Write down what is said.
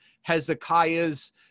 Hezekiah's